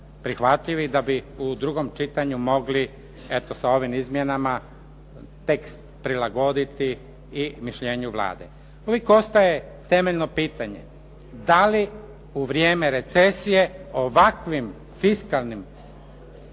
prihvatljiv i da bi u drugom čitanju mogli, eto sa ovim izmjenama tekst prilagoditi i mišljenju Vlade. Uvijek ostaje temeljno pitanje, da li u vrijeme recesije ovakvim fiskalnim